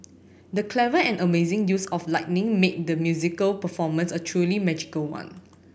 the clever and amazing use of lighting made the musical performance a truly magical one